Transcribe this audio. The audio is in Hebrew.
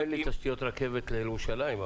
אין לי תשתיות רכבת לירושלים,